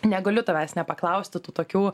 negaliu tavęs nepaklausti tų tokių